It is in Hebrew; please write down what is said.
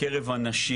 בקרב הנשים